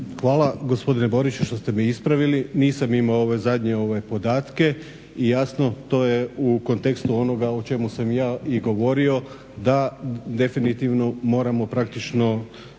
Hvala gospodine Boriću što ste me ispravili. Nisam imao ove zadnje podatke i jasno, to je u kontekstu onoga o čemu sam ja i govorio, da definitivno moramo praktično